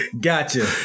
Gotcha